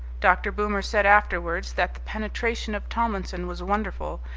dr. boomer said afterwards that the penetration of tomlinson was wonderful,